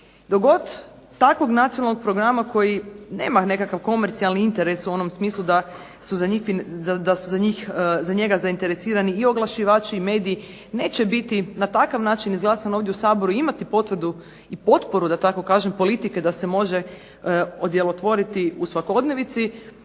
Dok god takvog nacionalnog programa koji nema nekakav komercijalni interes u onom smislu da su za njega zainteresirani i oglašivači i mediji neće biti na takav način izglasan ovdje u Saboru i imati potvrdu i potporu, da tako kažem, politike da se može odjelotvoriti u svakodnevnici.